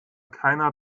keiner